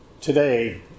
Today